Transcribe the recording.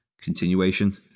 continuation